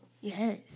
Yes